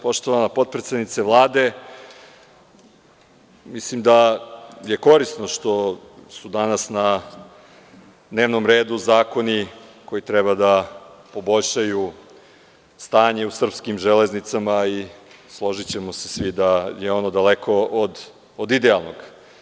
Poštovana potpredsednice Vlade, mislim da je korisno što su danas na dnevnom redu zakoni koji treba da poboljšaju stanje u srpskim železnicama i složićemo se svi da je ono daleko od idealnog.